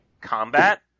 combat